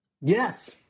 Yes